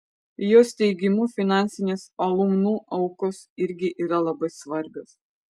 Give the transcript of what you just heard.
jos teigimu finansinės alumnų aukos irgi yra labai svarbios